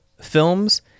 films